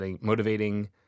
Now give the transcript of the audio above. motivating